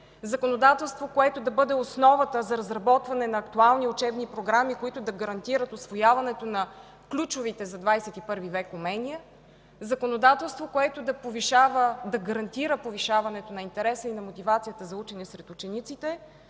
законодателство, което да бъде основата за разработване на актуални учебни програми, които да гарантират усвояването на ключовите за 21-ви век умения, законодателство, което да гарантира повишаването на интереса и мотивацията за учене сред учениците,